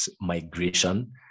migration